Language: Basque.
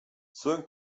zuen